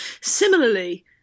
Similarly